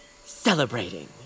celebrating